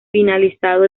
finalizado